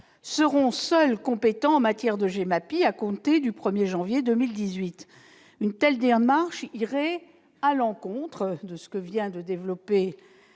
seront seuls compétents en matière de GEMAPI à compter du 1janvier 2018. Une telle démarche irait à l'encontre du principe